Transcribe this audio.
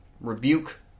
Rebuke